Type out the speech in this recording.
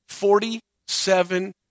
Forty-seven